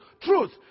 Truth